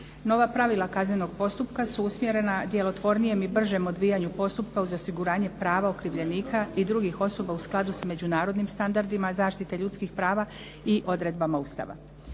Nova pravila Kaznenog postupka su usmjerena djelotvornijem i bržem odvijanju postupka uz osiguranja prava okrivljenika i drugih osoba u skladu sa međunarodnim standardima zaštite ljudskih prava i odredbama Ustava.